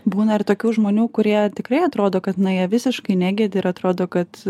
būna ir tokių žmonių kurie tikrai atrodo kad na jie visiškai negedi ir atrodo kad